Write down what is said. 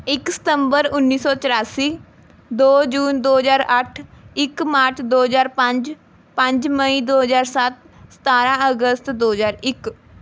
ਇੱਕ ਸਤੰਬਰ ਉੱਨੀ ਸੌ ਚੁਰਾਸੀ ਦੋ ਜੂਨ ਦੋ ਹਜ਼ਾਰ ਅੱਠ ਇੱਕ ਮਾਰਚ ਦੋ ਹਜ਼ਾਰ ਪੰਜ ਪੰਜ ਮਈ ਦੋ ਹਜ਼ਾਰ ਸੱਤ ਸਤਾਰ੍ਹਾਂ ਅਗਸਤ ਦੋ ਹਜ਼ਾਰ ਇੱਕ